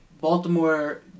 Baltimore